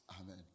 Amen